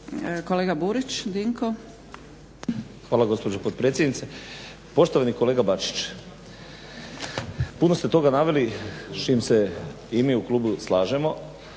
**Burić, Dinko (HDSSB)** Hvala gospođo potpredsjednice. Poštovani kolega Bačić, puno ste toga naveli s čim se i mi u klubu slažemo.